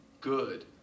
good